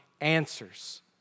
answers